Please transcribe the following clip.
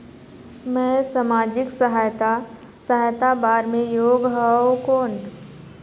मैं समाजिक सहायता सहायता बार मैं योग हवं कौन?